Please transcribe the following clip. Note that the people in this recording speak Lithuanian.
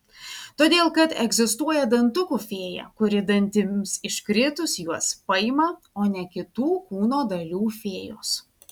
todėl kad egzistuoja dantukų fėja kuri dantims iškritus juos paima o ne kitų kūno dalių fėjos